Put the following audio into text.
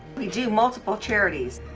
we do multiple charities.